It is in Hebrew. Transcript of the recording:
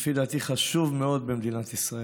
לפי דעתי, חשוב מאוד במדינת ישראל.